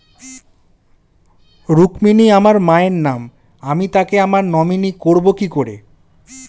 রুক্মিনী আমার মায়ের নাম আমি তাকে আমার নমিনি করবো কি করে?